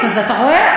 אז אתה רואה?